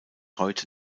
heute